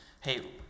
hey